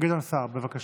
גדעון סער, בבקשה.